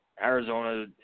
Arizona